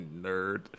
nerd